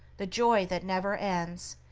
the joy that never ends,